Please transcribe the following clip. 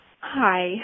Hi